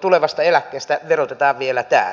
tulevasta eläkkeestä verotetaan vielä täällä